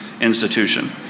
institution